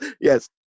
Yes